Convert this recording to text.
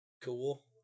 cool